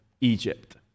Egypt